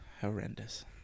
horrendous